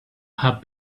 have